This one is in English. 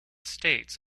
states